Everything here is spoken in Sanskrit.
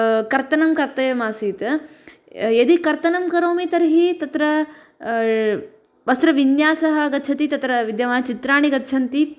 कर्तनं कर्तव्यमासीत् यदि कर्तनं करोमि तर्हि तत्र वस्त्रविन्यासः गच्छति तत्र विद्यमानचित्राणि गच्छन्ति